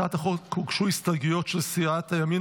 להצעת החוק הוגשו הסתייגויות של סיעת הימין